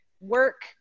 work